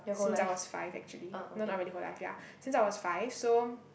since I was five actually no not really whole life ya since I was five so